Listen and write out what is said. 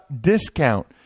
discount